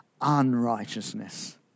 unrighteousness